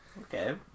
Okay